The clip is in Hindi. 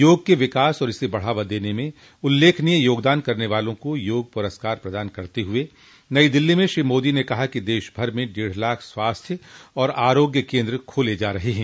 योग के विकास और इसे बढ़ावा देने में उल्लेखनीय योगदान करने वालों को योग पुरस्कार प्रदान करते हुए नई दिल्ली में श्री मोदी ने कहा कि देश भर में डेढ़ लाख स्वास्थ्य और आरोग्य केन्द्र खोले जा रहे हैं